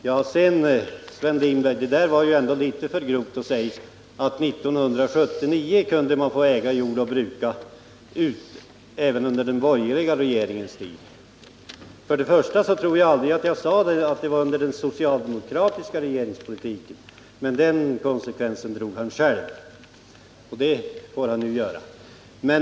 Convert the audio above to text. Det var väl ändå, Sven Lindberg, litet för grovt att säga att man med 1979 års borgerliga jordbrukspolitik fortfarande får äga mark utan att bruka den. Jag tror inte att jag sade att det var enligt den socialdemokratiska politiken man kunde göra det — men den konsekvensen drog Sven Lindberg själv, och det får han ju göra.